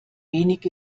wenig